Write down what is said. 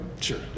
Sure